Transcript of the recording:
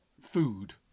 food